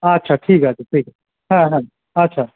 আচ্ছা ঠিক আছে ঠিক আছে হ্যাঁ হ্যাঁ আচ্ছা